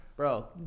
Bro